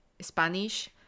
Spanish